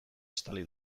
estali